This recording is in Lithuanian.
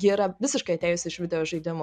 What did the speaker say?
jie yra visiškai atėjusi iš videožaidimų